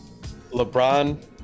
LeBron